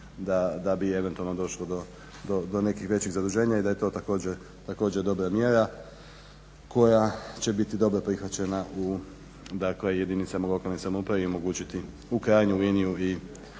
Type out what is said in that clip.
da bi eventualno došlo do nekih većih zaduženja i da je to također dobra mjera koja će biti dobro prihvaćena u, dakle jedinicama lokalne samouprave i omogućiti u krajnjoj liniji i